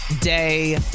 day